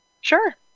Sure